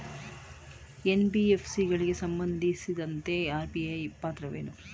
NBFC ಗಳಿಗೆ ಸಂಬಂಧಿಸಿದಂತೆ RBI ಪಾತ್ರವೇನು?